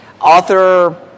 Author